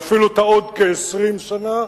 יפעילו אותה עוד כ-20 שנה,